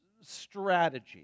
strategy